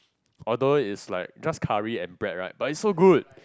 although is like just curry and bread right but is so good